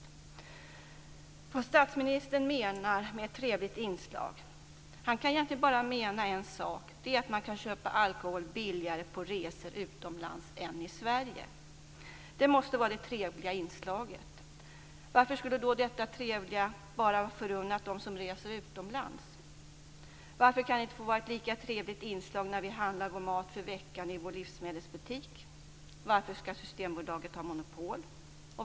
Vad menar statsministern med "ett trevligt inslag"? Han kan egentligen bara mena en sak, nämligen att man kan köpa alkohol billigare på resor utomlands än i Sverige. Det måste vara det trevliga inslaget. Varför skulle detta trevliga bara vara förunnat dem som reser utomlands? Varför kan det inte få vara ett lika trevligt inslag när vi handlar vår mat för veckan i vår livsmedelsbutik? Varför skall Systembolaget ha monopol?